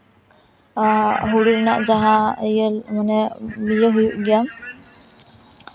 ᱦᱩᱲᱩ ᱨᱮᱱᱟᱜ ᱡᱟᱦᱟᱸ ᱤᱭᱟᱹ ᱢᱟᱱᱮ ᱤᱭᱟᱹ ᱦᱩᱭᱩᱜ ᱜᱮᱭᱟ